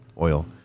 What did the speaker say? oil